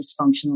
dysfunctional